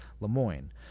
Lemoyne